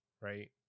right